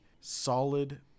solid